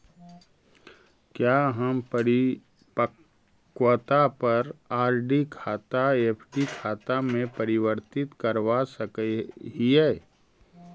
क्या हम परिपक्वता पर आर.डी खाता एफ.डी में परिवर्तित करवा सकअ हियई